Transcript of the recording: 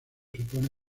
supone